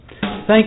Thank